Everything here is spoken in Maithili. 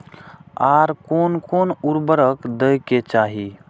आर कोन कोन उर्वरक दै के चाही?